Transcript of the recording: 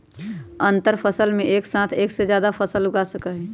अंतरफसल में एक साथ एक से जादा फसल उगा सका हई